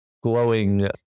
glowing